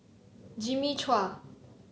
Jimmy Chua